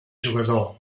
jugador